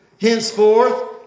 Henceforth